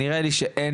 נראה לי שאין,